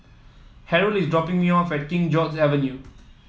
Harrell is dropping me off at King George Avenue